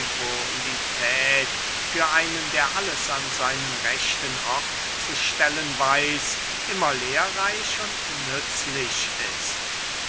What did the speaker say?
für einen der alles an seinen rechten ort zu stellen weiß immer lehrreich und nützlich ist